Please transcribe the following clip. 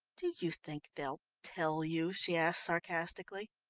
do you think they'll tell you? she asked sarcastically.